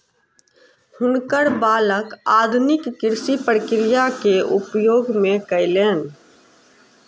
हुनकर बालक आधुनिक कृषि प्रक्रिया के उपयोग कयलैन